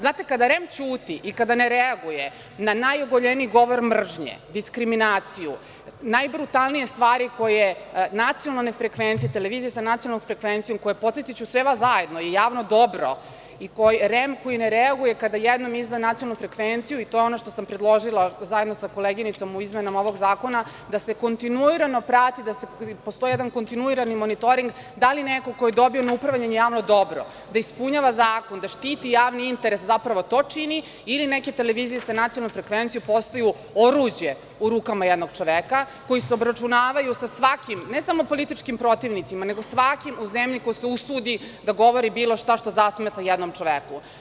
Znate, kada REM ćuti i kada ne reaguje na najogoljeniji govor mržnje, diskriminaciju, najbrutalnije stvari koje televizija sa nacionalnom frekvencijom, koje je, podsetiću sve vas zajedno, javno dobro, REM koji ne reaguje kada jednom izda nacionalnu frekvenciju, i to je ono što sam predložila zajedno sa koleginicom u izmenama ovog zakona, da se kontinuirano prati, da postoji jedan kontinuirani monitoring da li neko ko je dobio na upravljanje javno dobro da ispunjava zakon, da štiti javni interes, zapravo to čini, ili neke televizije sa nacionalnom frekvencijom postaju oruđe u rukama jednog čoveka, koji se obračunavaju sa svakim, ne samo političkim protivnicima, nego sa svakim u zemlji ko se usudi da govori bilo šta što zasmeta jednom čoveku.